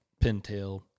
Pintail